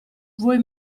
vuoi